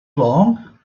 along